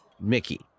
Mickey